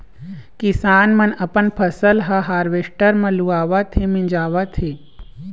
किसान मन अपन फसल ह हावरेस्टर म लुवावत हे, मिंजावत हे